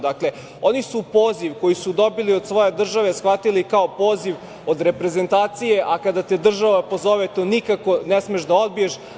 Dakle, oni su poziv koji su dobili od svoje države shvatili kao poziv od reprezentacije, a kada te država pozove to nikako ne smeš da odbiješ.